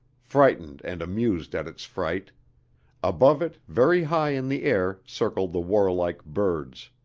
frightened and amused at its fright above it very high in the air circled the warlike birds.